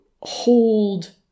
hold